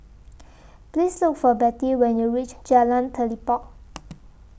Please Look For Bettie when YOU REACH Jalan Telipok